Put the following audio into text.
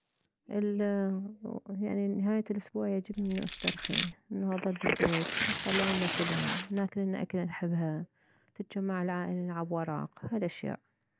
ال يعني نهاية الاسبوع يعجبني انه استرخي انه اظل بالبيت نطلعلنا فلم ناكلنا اكلة نحبها تجمع العائلة نلعب ورق هلاشياء